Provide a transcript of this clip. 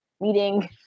meeting